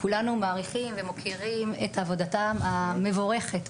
כולנו מעריכים ומוקירים את עבודתם המבורכת,